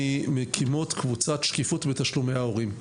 ממקימות קבוצת "שקיפות בתשלומי ההורים".